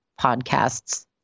podcasts